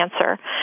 cancer